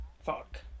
fuck